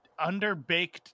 underbaked